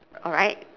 alright